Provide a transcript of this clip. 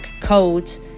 codes